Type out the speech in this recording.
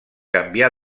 canvià